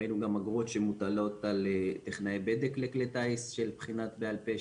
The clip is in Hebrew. ראינו גם אגרות שמוטלות על טכנאי בדק לכלי טיס של בחינה בעל פה.